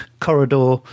corridor